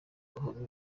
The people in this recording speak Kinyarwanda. buhamye